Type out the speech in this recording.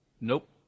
Nope